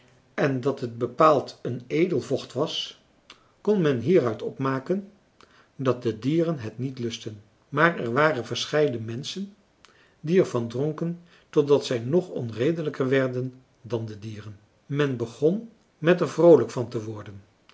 en dat het bepaald een edel vocht was kon men hieruit opmaken dat de dieren het niet lustten maar er waren verscheiden menschen die er van dronken totdat zij nog onredelijker werden dan de dieren men begon met er vroolijk van te worden